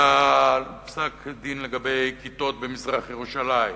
היה פסק-דין לגבי כיתות במזרח-ירושלים.